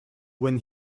when